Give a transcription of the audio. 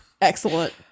Excellent